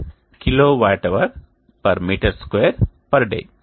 58 kWh m 2day